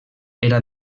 era